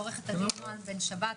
לעו"ד נעה בן שבת,